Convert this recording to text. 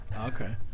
okay